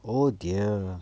oh dear